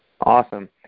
Awesome